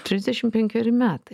trisdešimt penkeri metai